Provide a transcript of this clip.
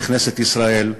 בכנסת ישראל,